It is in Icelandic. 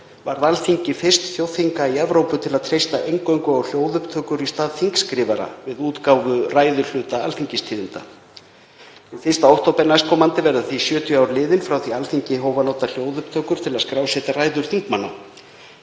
varð Alþingi fyrst þjóðþinga í Evrópu til að treysta eingöngu á hljóðupptökur í stað þingskrifara við útgáfu ræðuhluta Alþingistíðinda. Hinn 1. október næstkomandi verða því 70 ár liðin frá því að Alþingi hóf að nota hljóðupptökur til að skrásetja ræður þingmanna.